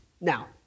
Now